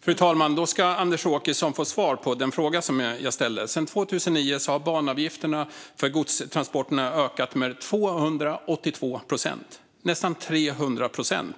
Fru talman! Då ska Anders Åkesson få svar på den fråga som jag ställde. Sedan 2009 har banavgifterna för godstransporterna ökat med 282 procent, alltså nästan 300 procent.